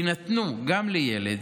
יינתנו גם לילד